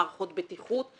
מערכות בטיחות,